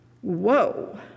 Whoa